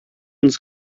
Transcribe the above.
uns